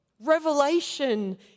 Revelation